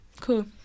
Cool